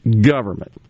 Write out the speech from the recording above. government